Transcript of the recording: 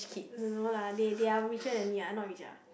don't know lah they they are richer than me lah I not rich lah